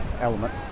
element